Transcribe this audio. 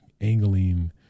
angling